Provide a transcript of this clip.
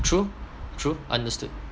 true true understood